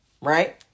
right